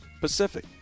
pacific